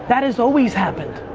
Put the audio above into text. that has always happened.